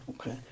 Okay